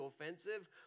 offensive